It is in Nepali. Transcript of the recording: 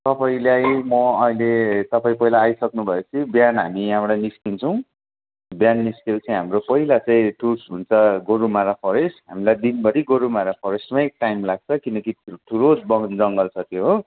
तपाईँलाई म अहिले तपाईँ पहिला आइसक्नु भएपछि बिहान हामी यहाँबाट निस्किन्छौँ बिहान निस्केपछि हामीहरू पहिला चाहिँ टुर्स हुन्छ गोरुमारा फरेस्ट हामीलाई दिनभरि गोरुमारा फरेस्टमै टाइम लाग्छ किनकि ठुलो वन जङ्गल छ त्यो हो